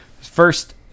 first